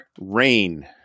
rain